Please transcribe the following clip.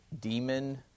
demon